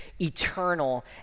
eternal